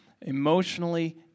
emotionally